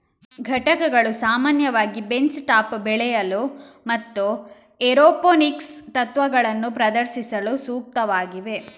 ಘಟಕಗಳು ಸಾಮಾನ್ಯವಾಗಿ bench top ಬೆಳೆಯಲು ಮತ್ತು ಏರೋಪೋನಿಕ್ಸ್ ತತ್ವಗಳನ್ನು ಪ್ರದರ್ಶಿಸಲು ಸೂಕ್ತವಾಗಿವೆ